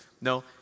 No